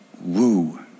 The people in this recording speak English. woo